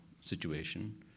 situation